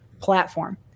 platform